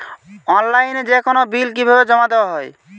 অনলাইনে যেকোনো বিল কিভাবে জমা দেওয়া হয়?